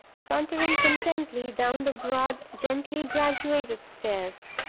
sauntering contentedly down the broad, gently graduated stairs.